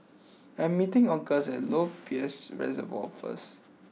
I am meeting August at Lower Peirce Reservoir first